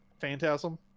Phantasm